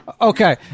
okay